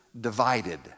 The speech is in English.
Divided